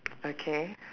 okay